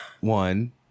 One